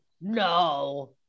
no